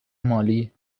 مالی